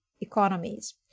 economies